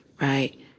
right